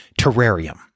terrarium